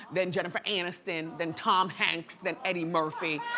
than jennifer aniston, than tom hanks, than eddie murphy.